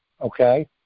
okay